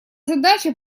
задача